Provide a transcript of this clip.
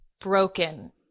broken